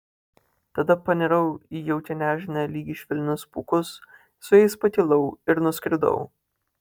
tada panirau į jaukią nežinią lyg į švelnius pūkus su jais pakilau ir nuskridau